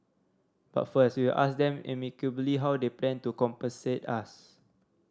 but first we will ask them amicably how they plan to compensate us